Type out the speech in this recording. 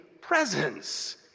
presence